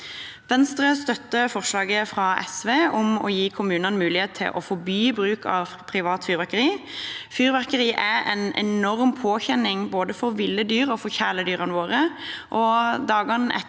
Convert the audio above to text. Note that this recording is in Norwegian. Venstre støtter forslaget fra SV om å gi kommunene mulighet til å forby privat bruk av fyrverkeri. Fyrverkeri er en enorm påkjenning både for ville dyr og for kjæledyrene